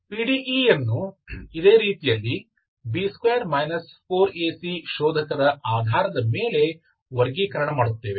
PDE ಯನ್ನು ಇದೇ ರೀತಿಯಲ್ಲಿ b2 4ac ಶೋಧಕದ ಆಧಾರದ ಮೇಲೆ ವರ್ಗೀಕರಣ ಮಾಡುತ್ತೇವೆ